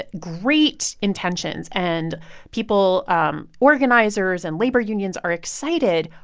ah great intentions and people um organizers and labor unions are excited.